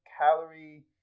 calorie